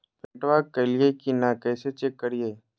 पेमेंटबा कलिए की नय, कैसे चेक करिए?